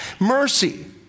mercy